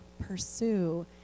pursue